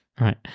right